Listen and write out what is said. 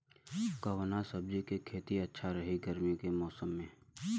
कवना सब्जी के खेती अच्छा रही गर्मी के मौसम में?